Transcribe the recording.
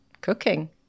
cooking